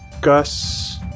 Gus